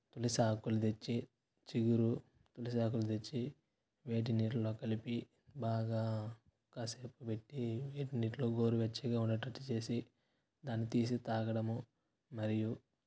తులసి ఆకులు తెచ్చి చిగురు తులసి ఆకులుతెచ్చి వేడి నీటిలో కలిపి బాగా కాసేపు పెట్టి వేడి నీటిలో గోరువెచ్చగా ఉండేటట్టు చేసి దాన్ని తీసి తాగడము మరియు